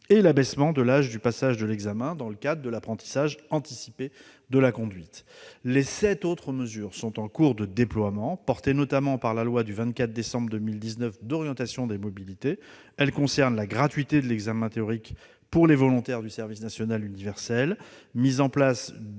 et l'abaissement de l'âge de passage de l'examen dans le cadre de l'apprentissage anticipé de la conduite. Les sept autres mesures sont en cours de déploiement. Portées notamment par la loi du 24 décembre 2019 d'orientation des mobilités, elles concernent la gratuité de l'examen théorique pour les volontaires du service national universel, la mise en place